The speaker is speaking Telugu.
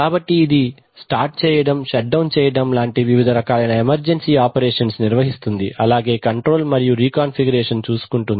కాబట్టి ఇది స్టార్ట్ చేయడం షట్ డౌన్ చేయడం లాంటి వివిధ రకాలైన ఎమర్జెన్సీ ఆపరేషన్స్ నిర్వహిస్తుంది అలాగే కంట్రోల్ మరియు రీ కాన్ఫిగురేషన్ చేసుకుంటుంది